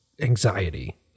anxiety